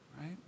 right